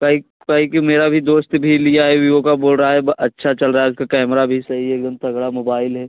कहीं कहीं कि मेरा भी दोस्त भी लिया है विवो का बोल रहा है अच्छा चल रहा है उसका कैमरा भी सही है एकदम तगड़ा मोबाइल है